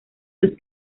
los